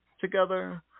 together